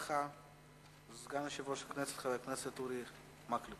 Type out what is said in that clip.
אחריך, סגן יושב ראש הכנסת, חבר הכנסת אורי מקלב.